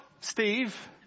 Steve